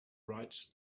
writes